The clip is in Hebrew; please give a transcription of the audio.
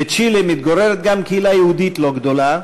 בצ'ילה מתגוררת גם קהילה יהודית לא גדולה,